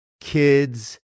kids